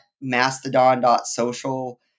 mastodon.social